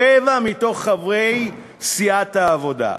רבע מתוך חברי סיעת העבודה: